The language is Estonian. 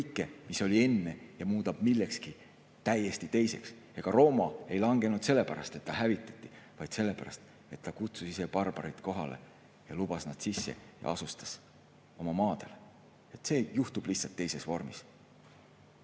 mis oli enne, ja muudab millekski täiesti teiseks. Ega Rooma ei langenud sellepärast, et ta hävitati, vaid sellepärast, et ta kutsus ise barbarid kohale, lubas nad sisse ja asustas oma maadele. See juhtub lihtsalt teises vormis.